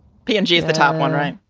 pangea's the top one. right.